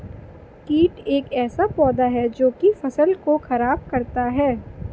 कीट एक ऐसा पौधा है जो की फसल को खराब करता है